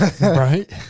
right